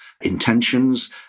intentions